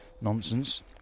nonsense